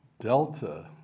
Delta